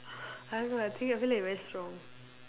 I don't know I think I feel like he very strong